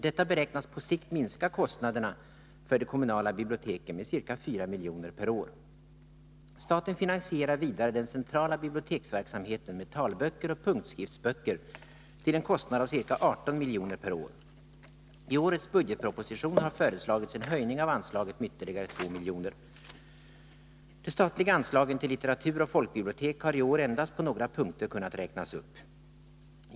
Detta beräknas på sikt minska kostnaderna för de kommunala biblioteken med ca 4 milj.kr. per år. Staten finansierar vidare den centrala biblioteksverksamheten med talböcker och punktskriftsböcker till en kostnad av ca 18 milj.kr. per år. I årets budgetproposition har föreslagits en höjning av anslaget med ytterligare 2 milj.kr. De statliga anslagen till litteratur och folkbibliotek har i år endast på några punkter kunnat räknas upp.